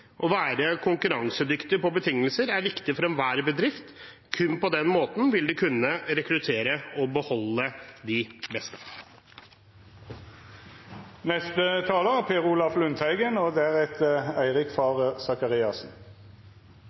Å være konkurransedyktig på betingelser er viktig for enhver bedrift. Kun på den måten vil de kunne rekruttere og beholde de